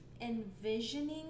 envisioning